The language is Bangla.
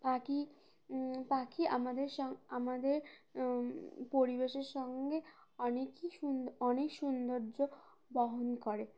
পাখি পাখি আমাদের স আমাদের পরিবেশের সঙ্গে অনেকই সুন্ অনেক সৌন্দর্য বহন করে